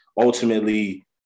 ultimately